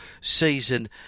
season